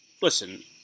listen –